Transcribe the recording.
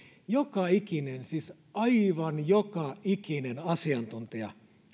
joka ikinen siis aivan joka ikinen asiantuntija